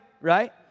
right